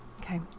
Okay